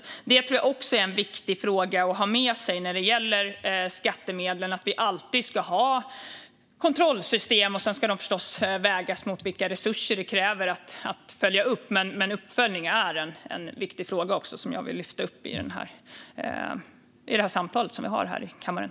Det tror jag är en viktig fråga att ha med sig när det gäller skattemedlen. Vi ska alltid ha kontrollsystem. Sedan ska de förstås vägas mot vilka resurser det kräver att följa upp, men uppföljning är en viktig fråga som jag vill lyfta i det samtal som vi har här i kammaren.